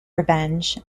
revenge